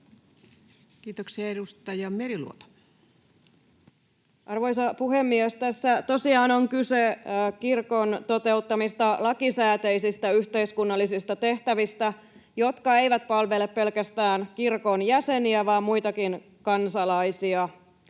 Time: 19:39 Content: Arvoisa puhemies! Tässä tosiaan on kyse kirkon toteuttamista lakisääteisistä yhteiskunnallisista tehtävistä, jotka eivät palvele pelkästään kirkon jäseniä vaan muitakin kansalaisia